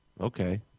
Okay